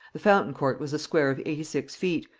the fountain court was a square of eighty six feet,